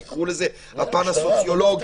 תקראו לזה הפן הסוציולוגי.